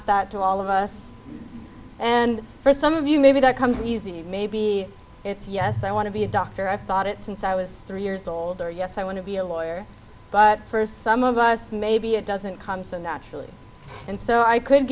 that to all of us and for some of you maybe that comes easy maybe it's yes i want to be a doctor i thought it since i was three years older yes i want to be a lawyer but first some of us maybe it doesn't come so naturally and so i could